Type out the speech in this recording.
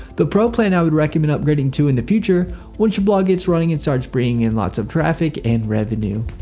the pro plan i would recommend upgrading too in the future once your blog gets running and starts bringing in lots of traffic and revenue.